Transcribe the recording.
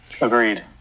Agreed